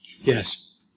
Yes